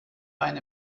wein